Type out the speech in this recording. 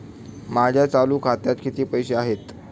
माझ्या चालू खात्यात किती पैसे आहेत?